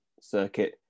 circuit